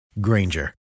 Granger